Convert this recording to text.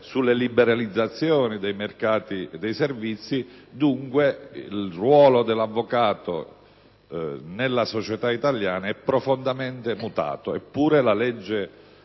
sulla liberalizzazione dei mercati dei servizi e dunque il ruolo dell'avvocato nella società italiana è profondamente mutato. Eppure, la legge